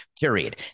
period